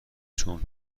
چون